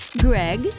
Greg